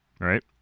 Right